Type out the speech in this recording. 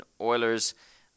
Oilers